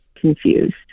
confused